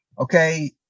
Okay